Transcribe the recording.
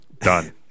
Done